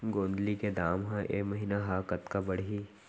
गोंदली के दाम ह ऐ महीना ह कतका बढ़ही?